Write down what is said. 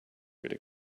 could